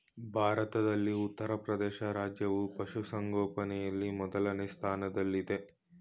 ಭಾರತದಲ್ಲಿ ಉತ್ತರಪ್ರದೇಶ ರಾಜ್ಯವು ಪಶುಸಂಗೋಪನೆಯಲ್ಲಿ ಮೊದಲನೇ ಸ್ಥಾನದಲ್ಲಿದೆ